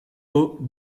eau